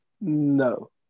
No